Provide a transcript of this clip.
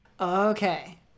Okay